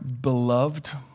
beloved